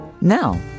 Now